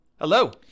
Hello